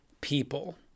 people